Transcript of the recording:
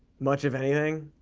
much of anything.